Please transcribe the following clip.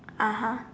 (uh huh)